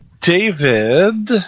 David